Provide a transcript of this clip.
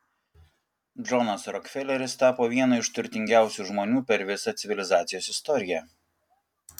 džonas rokfeleris tapo vienu iš turtingiausių žmonių per visą civilizacijos istoriją